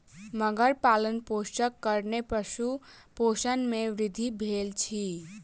मगर पालनपोषणक कारणेँ पशु शोषण मे वृद्धि भेल अछि